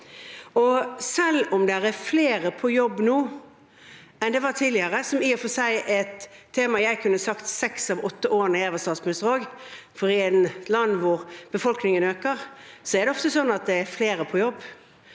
Selv om det er flere på jobb nå enn det var tidligere – som i og for seg er noe jeg kunne sagt seks av de åtte årene jeg var statsminister også, for i et land hvor befolkningen øker, er det ofte sånn at det er flere på jobb